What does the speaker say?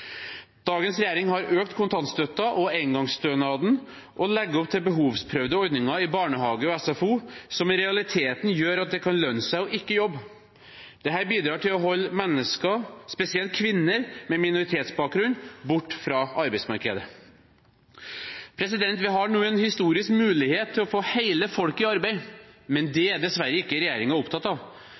Dagens regjering har økt kontantstøtten og engangsstønaden og legger opp til behovsprøvde ordninger i barnehage og SFO, som i realiteten gjør at det kan lønne seg å ikke jobbe. Dette bidrar til å holde mennesker, spesielt kvinner med minoritetsbakgrunn, borte fra arbeidsmarkedet. Vi har nå en historisk mulighet til å få hele folket i arbeid, men det er dessverre ikke regjeringen opptatt av.